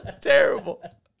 Terrible